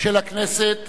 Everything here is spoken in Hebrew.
של הכנסת